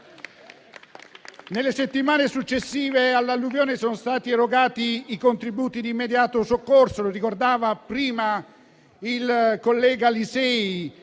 Nelle settimane successive all'alluvione sono stati erogati i contributi di immediato soccorso. Come ricordava prima il collega Lisei,